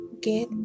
get